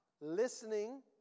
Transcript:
listening